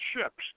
ships